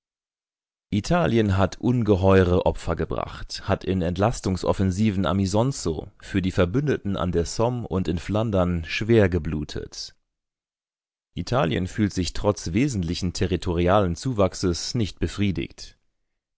italien hat ungeheuere opfer gebracht hat in entlastungsoffensiven am isonzo für die verbündeten an der somme und in flandern schwer geblutet italien fühlt sich trotz wesentlichen territorialen zuwachses nicht befriedigt